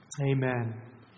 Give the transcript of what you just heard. Amen